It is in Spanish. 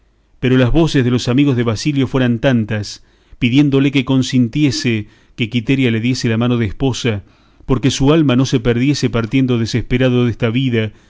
pero las voces de los amigos de basilio fueron tantas pidiéndole que consintiese que quiteria le diese la mano de esposa porque su alma no se perdiese partiendo desesperado desta vida